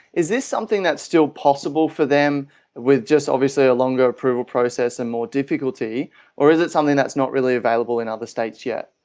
is this something that is still possible for them with just obviously a longer approval process and more difficulty or is it something that's not really available in other states yet?